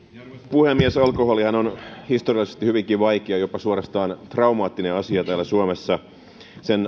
puhemies alkoholihan on historiallisesti hyvinkin vaikea jopa suorastaan traumaattinen asia täällä suomessa sen